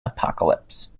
apocalypse